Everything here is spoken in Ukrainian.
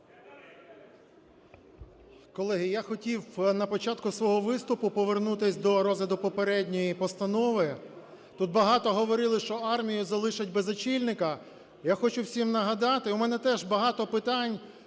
Колеги, я хотів на початку свого виступу повернутись до розгляду попередньої постанови. Тут багато говорили, що армію залишать без очільника. Я хочу всім нагадати, у мене теж багато питань